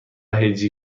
هجی